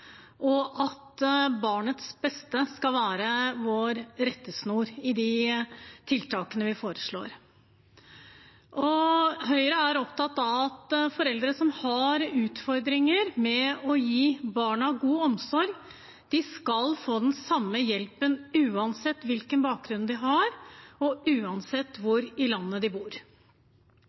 og at barnets beste skal være vår rettesnor i de tiltakene vi foreslår. Høyre er opptatt av at foreldre som har utfordringer med å gi barna god omsorg, skal få den samme hjelpen uansett hvilken bakgrunn de har, og uansett hvor i landet de bor.